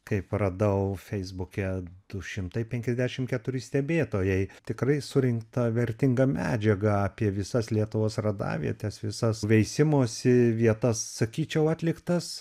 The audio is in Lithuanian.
kaip radau feisbuke du šimtai penkiasdešim keturi stebėtojai tikrai surinkta vertinga medžiaga apie visas lietuvos radavietes visas veisimosi vietas sakyčiau atliktas